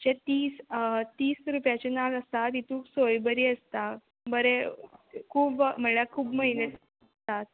अशे तीस तीस रुपयाचे नाल आसा तितूक सोय बरी आसता बरे खूब म्हळ्ळ्या खूब म्हयने तात